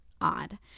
odd